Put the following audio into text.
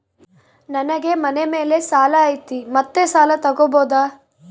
ನನಗೆ ಮನೆ ಮೇಲೆ ಸಾಲ ಐತಿ ಮತ್ತೆ ಸಾಲ ತಗಬೋದ?